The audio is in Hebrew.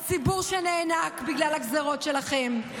הציבור שנאנק בגלל הגזרות שלכם,